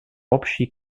общей